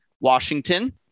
Washington